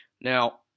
Now